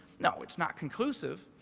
no, it's not conclusive.